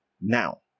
Now